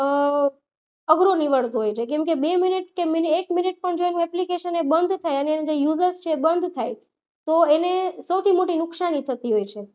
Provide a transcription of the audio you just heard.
અઘરો નિવડતો હોય છે કેમકે બે મિનિટ કે એક મિનિટ પણ જો એનું એપ્લિકેશન બંધ થાય જે યુઝર્સ છે એ બંધ થાય તો એને સૌથી મોટી નુકસાની થતી હોય છે